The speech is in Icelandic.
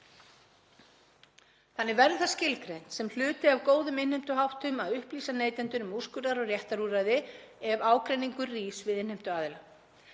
Þannig verði það skilgreint sem hluti af góðum innheimtuháttum að upplýsa neytendur um úrskurðar- og réttarúrræði ef ágreiningur rís við innheimtuaðila.